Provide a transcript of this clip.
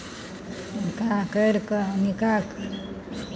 निकाह करि कऽ हम निकाह